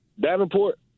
Davenport